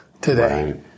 today